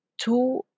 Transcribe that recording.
two